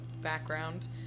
background